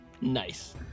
Nice